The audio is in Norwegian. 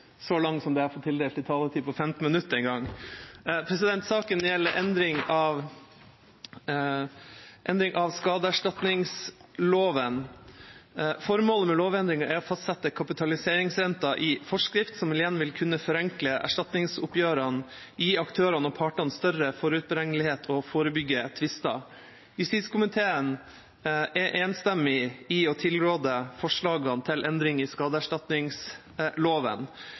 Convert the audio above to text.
så lang som det jeg har fått tildelt i taletid – 15 minutter. Saken gjelder endring av skadeserstatningsloven. Formålet med lovendringen er å fastsette kapitaliseringsrenten i forskrift, som igjen vil kunne forenkle erstatningsoppgjørene, gi aktørene og partene større forutberegnelighet og forebygge tvister. Justiskomiteen er enstemmig i å tilråde forslagene til endring i